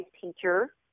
teacher